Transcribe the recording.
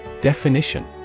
Definition